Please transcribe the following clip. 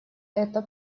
это